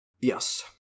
Yes